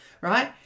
right